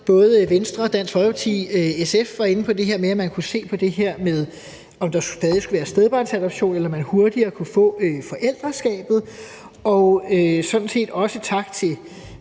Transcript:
Både Venstre, Dansk Folkeparti og SF var inde på, at man kunne se på det her med, om der stadig skulle være stedbarnsadoption, eller om man hurtigere kunne få forældreskabet. Og sådan set også tak til